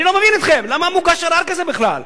אני לא מבין אתכם, למה מוגש ערר כזה בכלל?